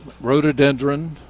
rhododendron